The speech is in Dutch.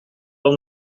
dan